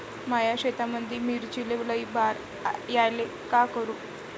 माया शेतामंदी मिर्चीले लई बार यायले का करू?